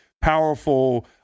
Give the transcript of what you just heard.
powerful